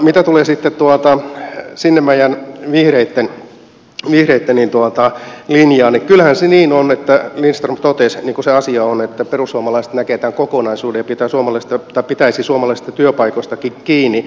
mitä tulee sitten sinnemäen ja vihreitten linjaan niin kyllähän se niin on lindstöm totesi niin kuin se asia on että perussuomalaiset näkevät tämän kokonaisuuden ja pitäisi suomalaisista työpaikoistakin kiinni